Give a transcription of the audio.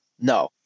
No